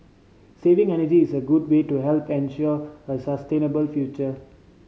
saving energy is a good way to help ensure a sustainable future